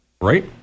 Right